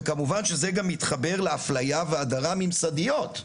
זה, כמובן, מתחבר לאפליה ולהדרה ממסדיות.